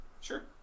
Sure